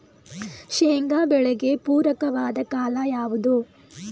ಶೇಂಗಾ ಬೆಳೆಗೆ ಪೂರಕವಾದ ಕಾಲ ಯಾವುದು?